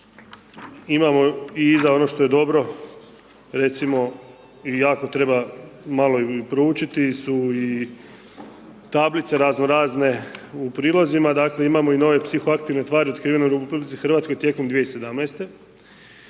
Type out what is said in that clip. imamo i iza ono što je dobro recimo i jako treba malo i proučiti su i tablice raznorazne u prilazima, dakle imamo i nove psihoaktivne tvari otkrivene u RH tijekom 2017.